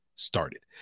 started